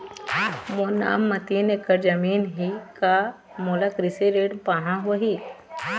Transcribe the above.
मोर नाम म तीन एकड़ जमीन ही का मोला कृषि ऋण पाहां होही?